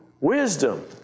wisdom